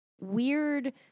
weird